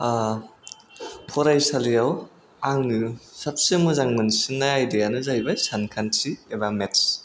फरायसालियाव आङो सबसे मोजां मोनसिन्नाय आयदायानो जाहैबाय सानखान्थि एबा मेत्स